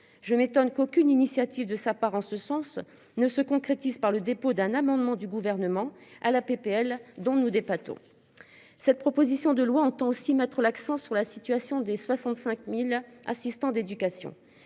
Je m'étonne qu'aucune initiative de sa part en ce sens, ne se concrétise par le dépôt d'un amendement du gouvernement à la PPL dont nous d'hépato-. Cette proposition de loi entend aussi mettre l'accent sur la situation des 65.000 assistants d'éducation.